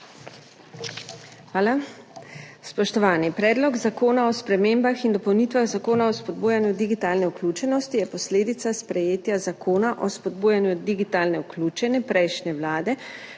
Hvala. Spoštovani! Predlog zakona o spremembah in dopolnitvah Zakona o spodbujanju digitalne vključenosti je posledica sprejetja Zakona o spodbujanju digitalno vključene prejšnje vlade,